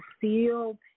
feel